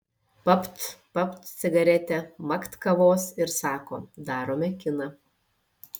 papt papt cigaretę makt kavos ir sako darome kiną